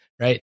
right